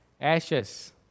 ashes